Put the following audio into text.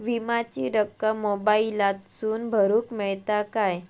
विमाची रक्कम मोबाईलातसून भरुक मेळता काय?